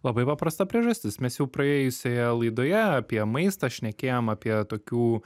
labai paprasta priežastis mes jau praėjusioje laidoje apie maistą šnekėjom apie tokių